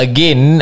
Again